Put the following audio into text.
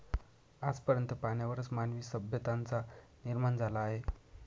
आज पर्यंत पाण्यावरच मानवी सभ्यतांचा निर्माण झाला आहे